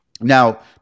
now